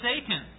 Satan